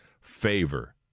Favor